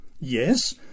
Yes